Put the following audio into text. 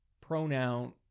pronoun